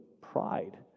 pride